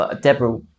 Deborah